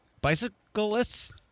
bicyclists